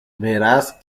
verás